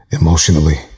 Emotionally